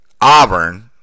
Auburn